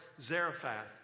Zarephath